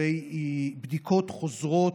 לגבי בדיקות פסיכיאטריות תקופתיות חוזרות,